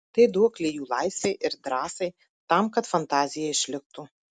tai duoklė jų laisvei ir drąsai tam kad fantazija išliktų